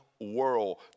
world